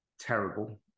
terrible